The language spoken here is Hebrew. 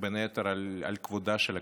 בין היתר על כבודה של הכנסת.